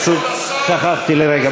פשוט שכחתי לרגע.